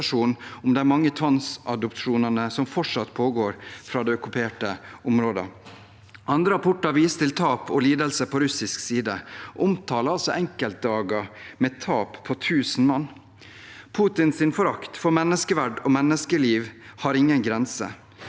om de mange tvangsadopsjonene som fortsatt pågår fra de okkuperte områdene. Andre rapporter som viser til tap og lidelser på russisk side, omtaler enkeltdager med tap på tusen mann. Putins forakt for menneskeverd og menneskeliv har ingen grenser.